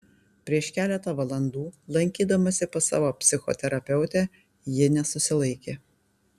prieš keletą valandų lankydamasi pas savo psichoterapeutę ji nesusilaikė